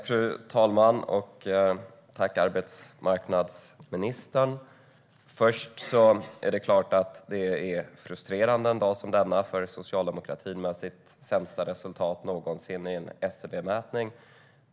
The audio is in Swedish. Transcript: Fru talman! Tack, arbetsmarknadsministern! Det är klart att en dag som denna är frustrerande för socialdemokratin, med dess sämsta resultat någonsin i en SCB-mätning.